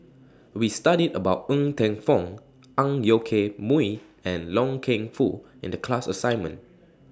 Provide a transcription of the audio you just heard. We studied about Ng Teng Fong Ang Yoke Mooi and Loy Keng Foo in The class assignment